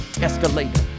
Escalator